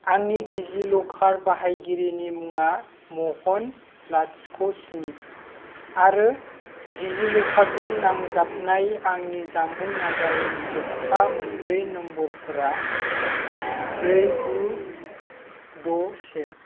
आंनि डिजिलकार बाहायगिरिनि मुङा महन लाथिख स्नि आरो डिजिलकारजों नांजाबनाय आंनि जानबुं नम्बरनि जोबथा मोनब्रै नम्बरफोरा ब्रै गु द से